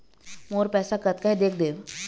मोर पैसा कतका हे देख देव?